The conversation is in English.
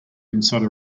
inside